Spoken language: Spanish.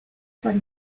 para